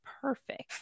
perfect